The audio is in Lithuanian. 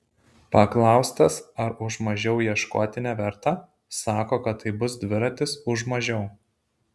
paklaustas ar už mažiau ieškoti neverta sako kad tai ir bus dviratis už mažiau